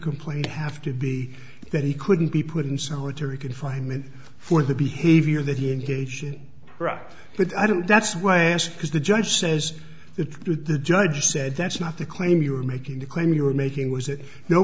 complaint have to be that he couldn't be put in solitary confinement for the behavior that he engaged in but i don't that's why i ask because the judge says the truth the judge said that's not the claim you were making the claim you were making was